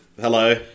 hello